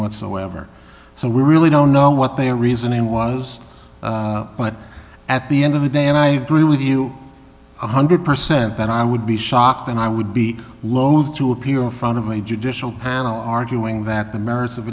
whatsoever so we really don't know what they are reasoning was but at the end of the day and i agree with you one hundred percent that i would be shocked and i would be loath to appear in front of a judicial panel arguing that the merits of